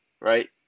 right